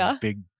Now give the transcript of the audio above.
big